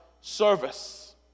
service